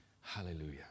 Hallelujah